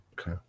Okay